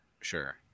Sure